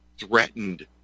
threatened